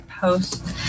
Post